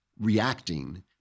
reacting